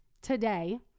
today